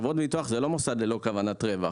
חברות ביטוח הן לא מוסד ללא כוונת רווח